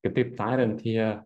kitaip tariant jie